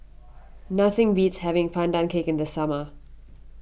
nothing beats having Pandan Cake in the summer